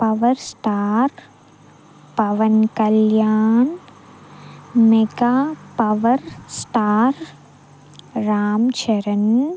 power star Pawan Kalyan mega power star Ram Charan